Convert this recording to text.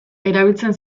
erabiltzen